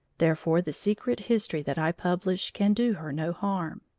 therefore the secret history that i publish can do her no harm.